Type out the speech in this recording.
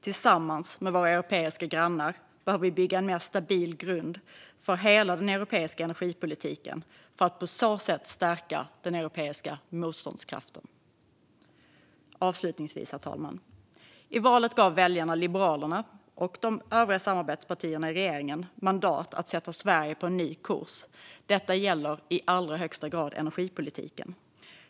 Tillsammans med våra europeiska grannar behöver vi bygga en mer stabil grund för hela den europeiska energipolitiken för att på så sätt stärka den europeiska motståndskraften. Herr talman! I valet gav väljarna Liberalerna och de övriga samarbetspartierna i regeringen mandat att sätta Sverige på en ny kurs. Detta gäller i allra högsta grad energipolitiken.